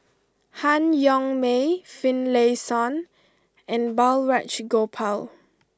Han Yong May Finlayson and Balraj Gopal